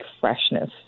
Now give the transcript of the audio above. freshness